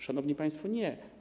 Szanowni państwo, nie.